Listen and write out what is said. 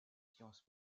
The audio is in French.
sciences